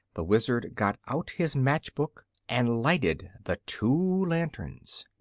the wizard got out his match-box and lighted the two lanterns.